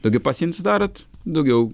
taigi pasiims darot daugiau